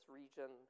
region